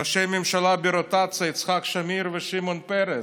ראשי ממשלה ברוטציה, יצחק שמיר ושמעון פרס.